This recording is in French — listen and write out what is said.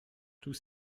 tous